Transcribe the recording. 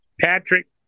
Patrick